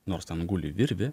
nors ten guli virvė